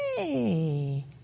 Hey